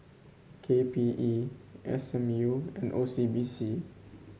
K P E S M U and O C B C